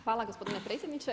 Hvala gospodine predsjedniče.